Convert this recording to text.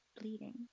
bleeding